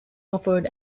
offered